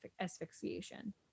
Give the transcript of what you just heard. asphyxiation